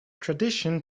tradition